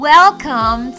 Welcome